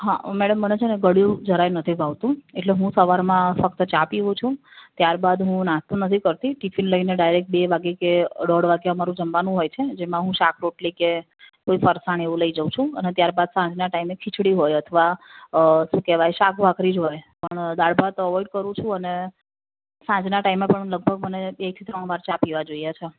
હા મૅડમ મને છે ને ગળ્યું જરાય નથી ભાવતું એટલે હું સવારમાં ફક્ત ચા પીવું છું ત્યારબાદ હું નાસ્તો નથી કરતી ટિફિન લઈને ડાયરૅકટ બે વાગ્યે કે દોઢ વાગ્યે અમારું જમવાનું હોય છે જેમાં હું શાક રોટલી કે કોઈ ફરસાણ એવું લઇ જાઉં છું અને ત્યારબાદ સાંજના ટાઈમે ખીચડી હોય અથવા શું કહેવાય શાક ભાખરી જ હોય પણ દાળ ભાત અવૉઇડ કરું છું અને સાંજના ટાઈમે પણ લગભગ મને બે થી ત્રણ વાર ચા પીવા જોઈએ છે